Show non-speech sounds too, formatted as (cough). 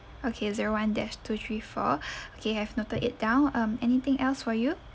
okay zero one dash two three four (breath) okay have noted it down um anything else for you